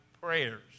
prayers